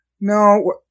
no